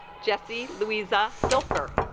jesse louisa filter